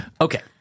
Okay